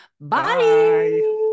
Bye